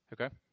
Okay